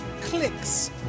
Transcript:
clicks